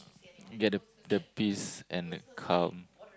get the the piece and the come